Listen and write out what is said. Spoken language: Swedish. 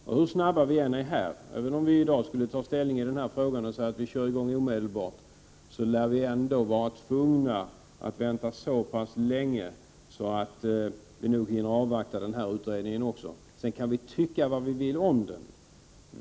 Och även om vi i dag skulle ta ställning i den här frågan och säga att vi skall köra i gång omedelbart, lär vi ändå vara tvungna att vänta så pass länge att vi nog hinner avvakta den här utredningen också. Sedan kan vi tycka vad vi vill om den.